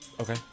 Okay